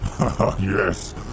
yes